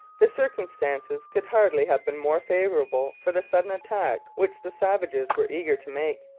the circumstances could hardly have been more favourable for the sudden attack which the savages were eager to make.